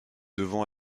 devons